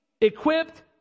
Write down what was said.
equipped